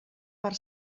per